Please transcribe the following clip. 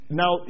now